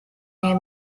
may